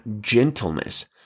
gentleness